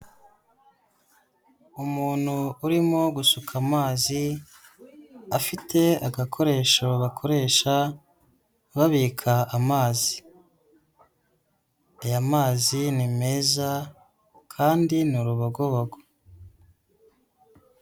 Umuntu urimo gusuka amazi afite agakoresho bakoresha babika amazi. Aya mazi ni meza kandi ni urubogobogo.